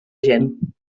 gent